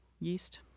yeast